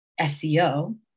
SEO